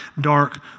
dark